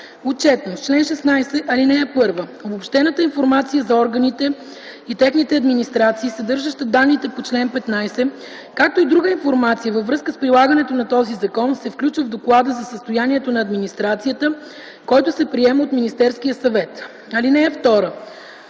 “Отчетност Чл. 16. (1) Обобщената информация за органите и техните администрации, съдържаща данните по чл. 15, както и друга информация във връзка с прилагането на този закон се включва в доклада за състоянието на администрацията, който се приема от Министерския съвет. (2)